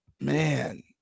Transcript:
Man